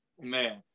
Man